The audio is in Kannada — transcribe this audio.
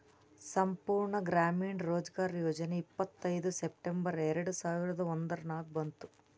ಸಂಪೂರ್ಣ ಗ್ರಾಮೀಣ ರೋಜ್ಗಾರ್ ಯೋಜನಾ ಇಪ್ಪತ್ಐಯ್ದ ಸೆಪ್ಟೆಂಬರ್ ಎರೆಡ ಸಾವಿರದ ಒಂದುರ್ನಾಗ ಬಂತು